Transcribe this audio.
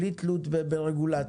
בלי תלות ברגולציה,